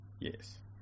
Yes